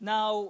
Now